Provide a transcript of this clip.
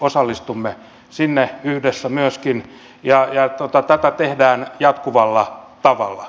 osallistumme yhdessä myöskin siihen ja tätä tehdään jatkuvalla tavalla